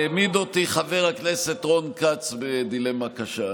העמיד אותי חבר הכנסת רון כץ בדילמה קשה,